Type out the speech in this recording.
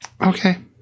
Okay